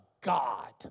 God